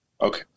okay